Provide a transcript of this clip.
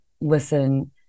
listen